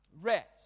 Rest